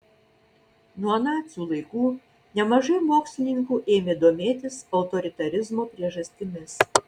nuo nacių laikų nemažai mokslininkų ėmė domėtis autoritarizmo priežastimis